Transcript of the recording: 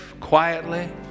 quietly